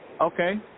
Okay